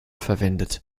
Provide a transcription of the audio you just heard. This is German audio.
verwendet